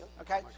Okay